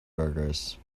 burgers